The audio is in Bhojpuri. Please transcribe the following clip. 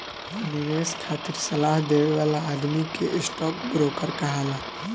निवेश खातिर सलाह देवे वाला आदमी के स्टॉक ब्रोकर कहाला